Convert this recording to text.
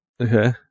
Okay